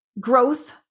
growth